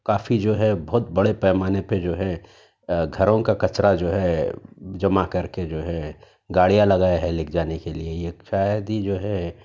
کافی جو ہے بہت بڑے پیمانے پہ جو ہے گھروں کا کچرا جو ہے جمع کر کے جو ہے گاڑیاں لگایا ہے لے کر جانے کے لئے یہ شاید ہی جو ہے